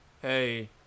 Hey